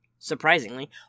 Surprisingly